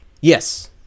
Yes